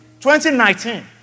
2019